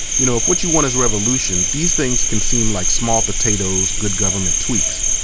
you know, if what you want is revolution, these things can seem like small potatoes, good government tweaks,